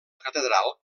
catedral